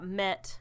met